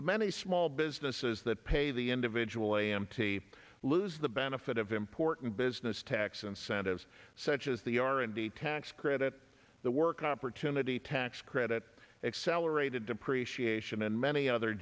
the many small businesses that pay the individual a m t lose the benefit of important business tax incentives such as the r and d tax credit the work opportunity tax credit accelerated depreciation and many other